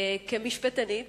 כמשפטנית,